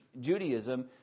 Judaism